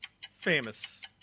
famous